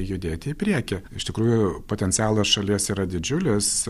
judėti į priekį iš tikrųjų potencialas šalies yra didžiulis